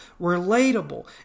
relatable